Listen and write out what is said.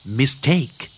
mistake